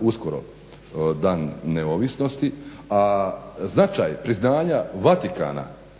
uskoro Dan neovisnosti. A značaj priznanja Vatikana